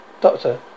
Doctor